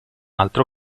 altro